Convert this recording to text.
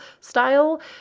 style